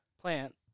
plant